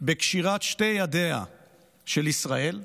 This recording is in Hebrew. בקשירת שתי ידיה של ישראל,